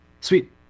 Sweet